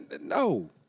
no